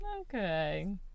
Okay